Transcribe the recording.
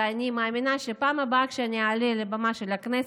ואני מאמינה שבפעם הבאה כאשר אני אעלה לבמה של הכנסת,